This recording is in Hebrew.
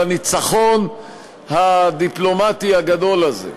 על הניצחון הדיפלומטי הגדול הזה.